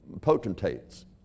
potentates